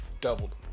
doubled